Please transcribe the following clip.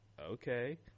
okay